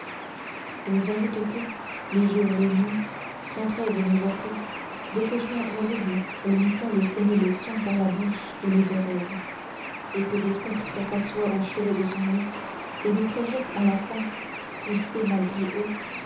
ils ajoutent que les jours les nuits sans trêve ni repos des cauchemars horribles lui font le saigner le sang par la bouche et les oreilles et que des spectres s'assoient au chevet de son lit et lui jettent à la face poussés malgré eux